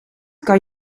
kan